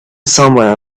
somewhere